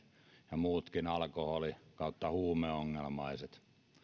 ja muutkin alkoholi huumeongelmaiset